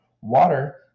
Water